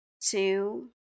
two